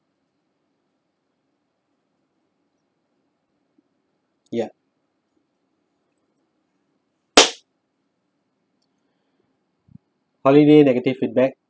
ya holiday negative feedback